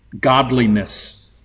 godliness